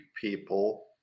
people